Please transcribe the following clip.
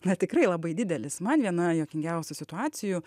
na tikrai labai didelis man viena juokingiausių situacijų